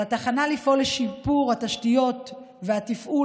על התחנה לפעול לשיפור התשתיות והתפעול